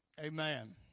Amen